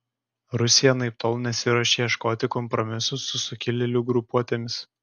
rusija anaiptol nesiruošia ieškoti kompromisų su sukilėlių grupuotėmis